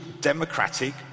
democratic